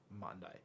Monday